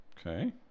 Okay